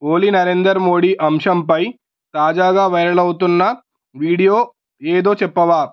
ఓలీ నరేంద్ర మోడీ అంశంపై తాజాగా వైరల్ అవుతున్న వీడియో ఏదో చెప్పవా